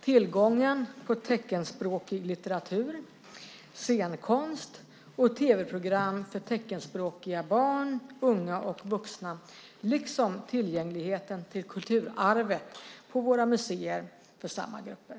tillgången på teckenspråkig litteratur, scenkonst och tv-program för teckenspråkiga barn, unga och vuxna, liksom tillgängligheten till kulturarvet på våra museer för samma grupper.